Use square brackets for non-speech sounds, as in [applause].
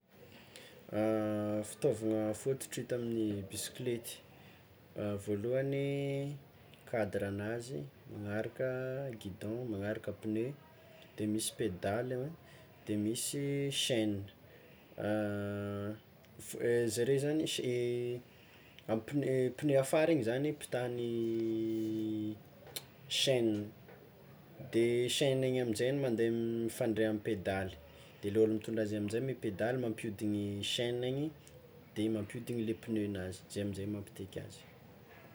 [hesitation] Fitaovagna fototry hita amy bisiklety, voalohany kadran'azy, magnaraka gidon, magnaraka pneu, de misy pedaly an de misy chaine [hesitation] f- zareo zagny ch- amy pneu, pneu afara igny zany petahan'ny [hesitation] chaine de chaine igny aminjay mande mifandray amy pedaly de le ôlo mitondra azy aminjay mipedaly mampiodigny chainy igny de igny mampiodigny le pneu-n'azy de zay amzay mampiteky azy.